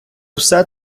все